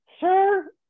sir